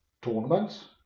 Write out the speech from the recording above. tournaments